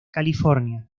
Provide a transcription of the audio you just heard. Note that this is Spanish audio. california